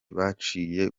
baciye